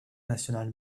national